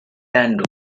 dando